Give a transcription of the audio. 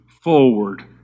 forward